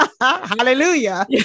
Hallelujah